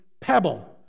pebble